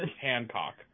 Hancock